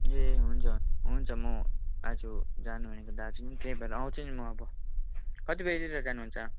ए हुन्छ हुन्छ हुन्छ म आज जानु भनेको दार्जिलिङ त्यही भएर आउँछु नि म अब कति बजीतिर जानुहुन्छ